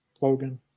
Logan